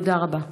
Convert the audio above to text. תודה רבה.